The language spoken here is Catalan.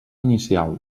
inicial